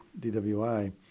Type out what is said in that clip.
DWI